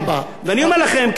ואני אומר לכם כאופוזיציה,